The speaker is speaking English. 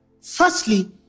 firstly